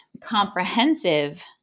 comprehensive